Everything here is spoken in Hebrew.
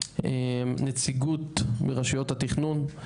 נציגות מרשויות התכנון.